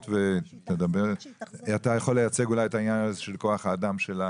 אתה יכול לייצג אולי את העניין הזה של כוח האדם.